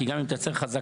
כי גם אם תייצר חזקה,